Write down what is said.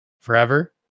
forever